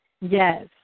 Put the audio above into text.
Yes